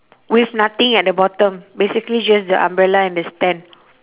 with nothing at the bottom basically just the umbrella and the stand